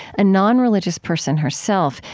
a non-religious person herself,